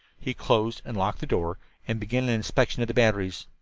he closed and locked the door and began an inspection of the batteries.